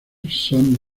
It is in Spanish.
son